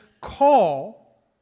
call